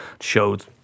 showed